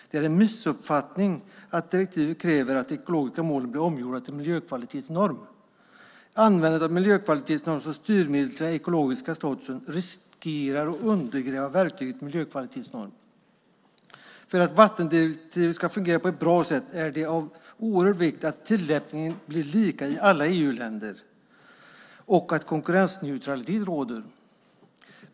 Det är en missuppfattning att direktivet kräver att ekologiska mål blir omgjorda till miljökvalitetsnorm. Användandet av miljökvalitetsnorm som styrmedel för den ekologiska statusen riskerar att undergräva verktyget miljökvalitetsnorm. För att vattendirektivet ska fungera på ett bra sätt är det av oerhörd vikt att tillämpningen blir lika i alla EU-länder och att konkurrensneutralitet råder.